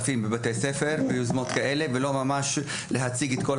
ולא ממש להציג את כל האזרחים הערבים כאויבים.